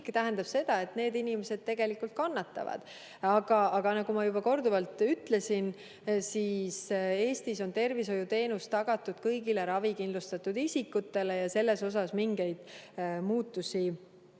tähendab seda, et need teised inimesed tegelikult kannatavad. Aga nagu ma juba korduvalt olen öelnud, Eestis on tervishoiuteenus tagatud kõigile ravikindlustatud isikutele ja selles osas mingeid muutusi